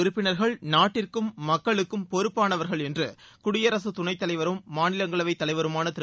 உறுப்பினர்கள் நாட்டிற்கும் மக்களுக்கும் பொறுப்பானவர்கள் என்று குடியரசுத் நாடாளுமன்ற துணைத்தலைவரும் மாநிலங்களவை தலைவருமான திரு